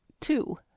two